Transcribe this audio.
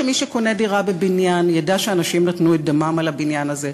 שמי שקונה דירה בבניין ידע שאנשים נתנו את דמם על הבניין הזה.